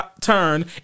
turn